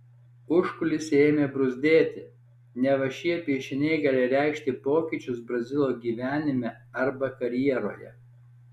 užkulisiai ėmė bruzdėti neva šie piešiniai gali reikšti pokyčius brazilo gyvenime arba karjeroje